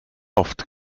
oft